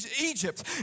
Egypt